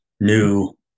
New